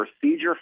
procedure